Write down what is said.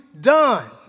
done